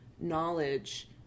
knowledge